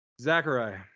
Zachariah